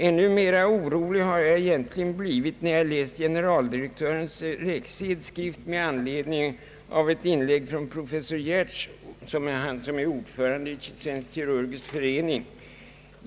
Än mera orolig har jag egentligen blivit när jag läst generaldirektör Rexeds skrift med anledning av ett inlägg av professor Giertz, alltså ordföranden i Svensk kirurgisk förening.